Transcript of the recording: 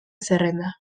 zerrenda